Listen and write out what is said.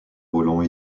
volant